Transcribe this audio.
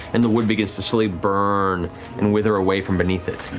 and the wood begins to slowly burn and wither away from beneath it.